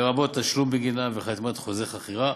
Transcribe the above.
לרבות תשלום בגינה וחתימה חוזה חכירה.